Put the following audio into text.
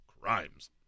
crimes